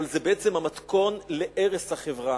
אבל זה בעצם המתכון להרס החברה,